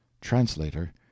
Translator